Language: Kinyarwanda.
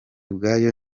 ubwayo